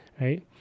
right